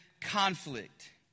conflict